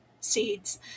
seeds